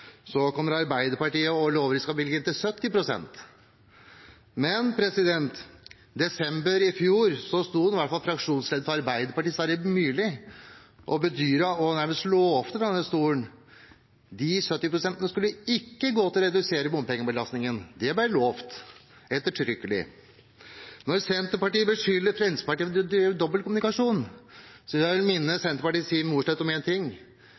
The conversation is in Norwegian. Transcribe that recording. kommer Arbeiderpartiet og lover at de skal bevilge inntil 70 pst. Men i desember i fjor sto i hvert fall fraksjonslederen for Arbeiderpartiet, Sverre Myrli, og bedyret og nærmest lovte fra denne talerstolen at de 70 pst. ikke skulle gå til å redusere bompengebelastningen. Det ble lovt, ettertrykkelig. Når Senterpartiet beskylder Fremskrittspartiet for å drive dobbeltkommunikasjon, vil jeg minne Senterpartiets Siv Mossleth om én ting: